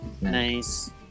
Nice